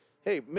hey